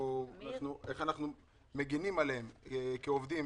איך אנחנו מגינים עליהם כעובדים,